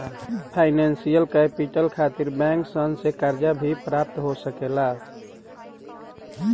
financial capital खातिर bank सन से कर्जा भी प्राप्त हो सकेला